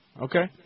Okay